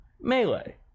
Melee